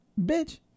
Bitch